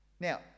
Now